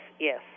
yes